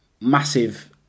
Massive